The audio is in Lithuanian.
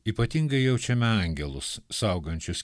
ypatingai jaučiame angelus saugančius